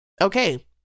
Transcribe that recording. okay